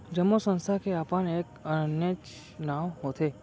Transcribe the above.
जम्मो संस्था के अपन एक आनेच्च नांव होथे